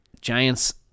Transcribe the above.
Giants